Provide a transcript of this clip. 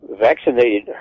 vaccinated